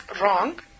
wrong